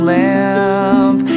lamp